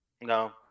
No